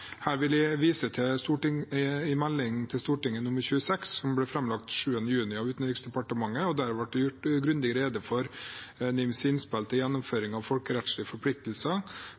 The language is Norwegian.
Her vil jeg vise til Meld. St. 26 for 2018–2019, som ble framlagt den 7. juni av Utenriksdepartementet, der det ble gjort grundig rede for NIMs innspill til gjennomføring av folkerettslige forpliktelser